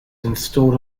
installed